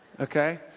Okay